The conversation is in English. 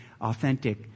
authentic